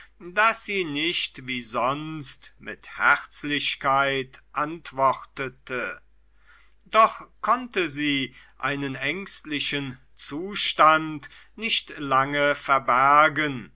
daß sie nicht wie sonst mit herzlichkeit antwortete doch konnte sie einen ängstlichen zustand nicht lange verbergen